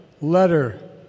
letter